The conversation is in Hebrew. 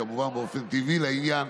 כמובן באופן טבעי לעניין,